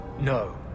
No